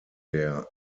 der